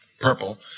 purple